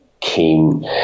came